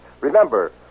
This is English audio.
Remember